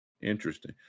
interesting